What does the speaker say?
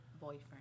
boyfriend